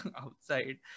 outside